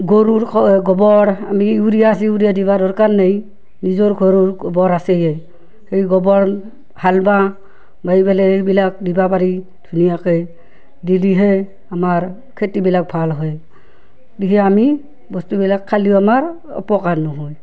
গৰুৰ গোবৰ আমি ইউৰিয়া চিউৰিয়া দিবৰ দৰকাৰ নাই নিজৰ ঘৰৰ গোবৰ আছে সেই গোৱৰ হাল বাওঁ বাই পেলাই সেইবিলাক দিব পাৰি ধুনীয়াকৈ দিলিহে আমাৰ খেতিবিলাক ভাল হয় গতিকে আমি বস্তুবিলাক খালেও আমাৰ অপকাৰ নহয়